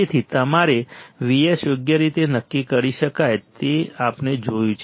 તેથી તમારી Vs યોગ્ય રીતે નક્કી કરી શકાય તે આપણે જોયું છે